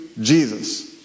Jesus